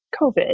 COVID